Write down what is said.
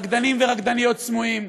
רקדנים ורקדניות סמויים,